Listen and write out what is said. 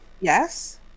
yes